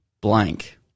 blank